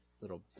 little